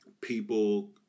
people